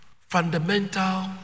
fundamental